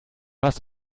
hast